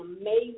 amazing